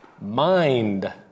mind